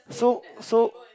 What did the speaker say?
so so